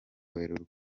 werurwe